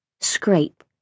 Scrape